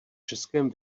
českém